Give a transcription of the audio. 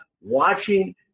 watching